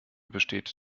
besteht